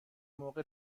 موقع